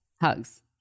Hugs